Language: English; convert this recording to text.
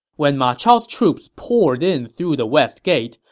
when ma chao's troops poured in through the west gate,